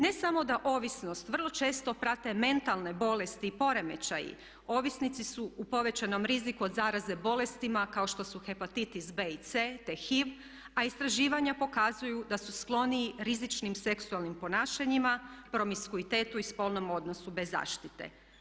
Ne samo da ovisnost vrlo često prate mentalne bolesti i poremećaji ovisnici su u povećanom riziku od zaraze bolestima kao što su hepatitis B i C, te HIV, a istraživanja pokazuju da su skloniji rizičnim seksualnim ponašanjima, promiskuitetu i spolnom odnosu bez zaštite.